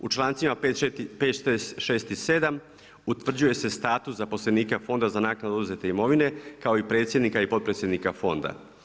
U čl. 5., 6. i 7. utvrđuje se status zaposlenika fonda za naknadnu oduzete imovine kao i predsjednika i potpredsjednika fonda.